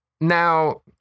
Now